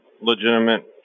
legitimate